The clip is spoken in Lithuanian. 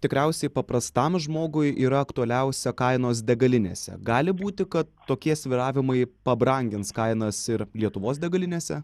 tikriausiai paprastam žmogui yra aktualiausia kainos degalinėse gali būti kad tokie svyravimai pabrangins kainas ir lietuvos degalinėse